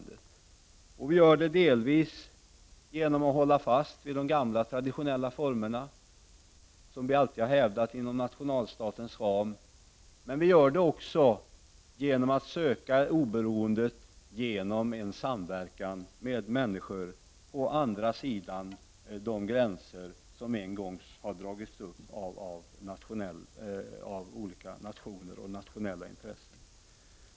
Detta gör vi delvis genom att hålla fast vid de gamla traditionella former som vi alltid har hävdat inom nationalstatens ram, men vi gör det också genom att söka oberoendet i samverkan med människor på andra sidan om de gränser som en gång har dragits upp av olika nationer och nationella intressen.